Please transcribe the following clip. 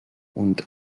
und